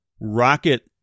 rocket